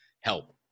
help